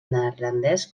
neerlandès